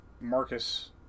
Marcus